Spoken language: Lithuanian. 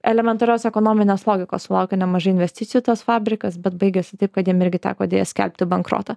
elementarios ekonominės logikos sulaukė nemažai investicijų tas fabrikas bet baigėsi taip kad jam irgi teko deja skelbti bankrotą